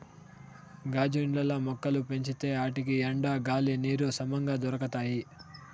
గాజు ఇండ్లల్ల మొక్కలు పెంచితే ఆటికి ఎండ, గాలి, నీరు సమంగా దొరకతాయి